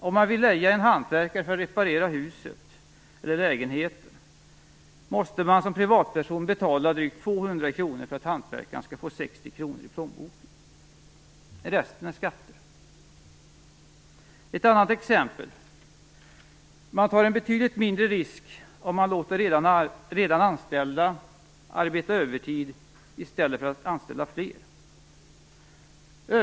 Om man vill leja en hantverkare för att reparera huset eller lägenheten måste man som privatperson betala drygt 200 kr för att hantverkaren skall få 60 kr i plånboken - resten är skatter. Ett annat exempel är att man tar en betydligt mindre risk om man låter redan anställda arbeta övertid i stället för att anställa fler.